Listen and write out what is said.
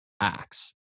Acts